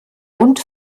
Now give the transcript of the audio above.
und